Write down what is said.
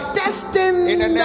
destined